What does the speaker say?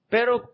Pero